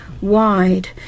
Wide